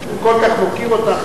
וכל כך מוקיר אותך.